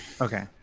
okay